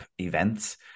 events